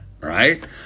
Right